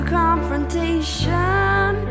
confrontation